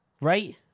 Right